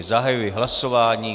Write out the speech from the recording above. Zahajuji hlasování.